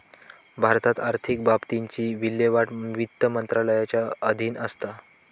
भारतात आर्थिक बाबतींची विल्हेवाट वित्त मंत्रालयाच्या अधीन असता